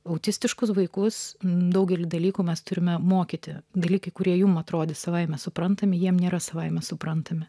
autistiškus vaikus daugelį dalykų mes turime mokyti dalykų kurie jums atrodė savaime suprantami jiems nėra savaime suprantami